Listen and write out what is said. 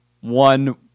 one